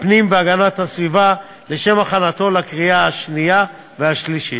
הפנים והגנת הסביבה לשם הכנתו לקריאה השנייה והשלישית.